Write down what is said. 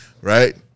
right